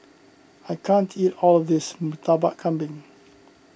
I can't eat all of this Murtabak Kambing